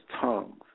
tongues